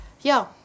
Ja